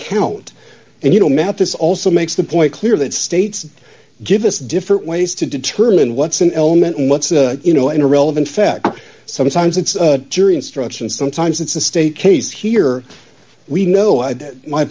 count and you know matt this also makes the point clear that states give us different ways to determine what's an element and what's you know a relevant fact sometimes it's a jury instruction sometimes it's a state case here we know i